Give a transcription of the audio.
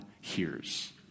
hears